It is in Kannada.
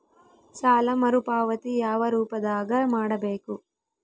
ಸಾಲ ಮರುಪಾವತಿ ಯಾವ ರೂಪದಾಗ ಮಾಡಬೇಕು?